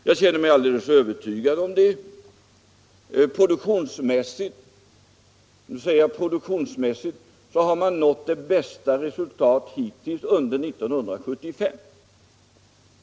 Jag känner mig alldeles övertygad om detta. Produktionsmässigt har man nått det bästa resultatet hittills under 1975.